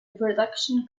production